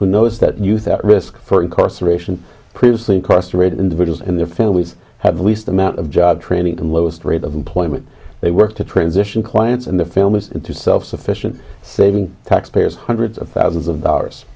who knows that youth at risk for incarceration previously incarcerated individuals in their families had the least amount of job training the lowest rate of employment they worked to transition clients and their families into self sufficient saving taxpayers hundreds of thousands of dollars